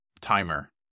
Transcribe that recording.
timer